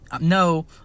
no